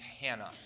Hannah